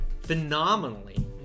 Phenomenally